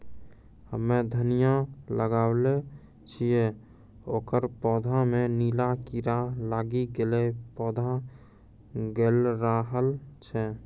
हम्मे धनिया लगैलो छियै ओकर पौधा मे नीला कीड़ा लागी गैलै पौधा गैलरहल छै?